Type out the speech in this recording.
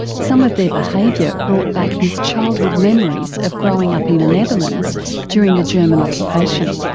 some of their behaviour brought back his childhood memories of growing up in the netherlands during the german occupation.